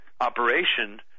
operation